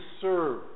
serve